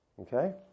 Okay